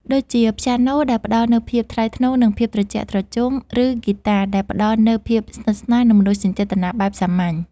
ដូចជាព្យាណូដែលផ្ដល់នូវភាពថ្លៃថ្នូរ និងភាពត្រជាក់ត្រជុំ ឬហ្គីតាដែលផ្ដល់នូវភាពស្និទ្ធស្នាល និងមនោសញ្ចេតនាបែបសាមញ្ញ។